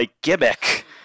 gimmick